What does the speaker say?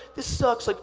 this sucks. like